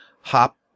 hop